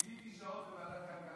ביליתי שעות בוועדת כלכלה עם השרה הקודמת,